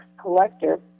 collector